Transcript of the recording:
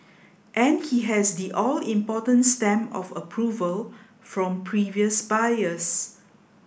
and he has the all important stamp of approval from previous buyers